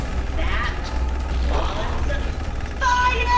that was fire!